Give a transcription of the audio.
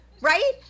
right